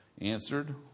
answered